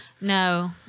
No